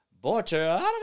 border